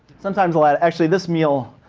sometimes like actually, this meal,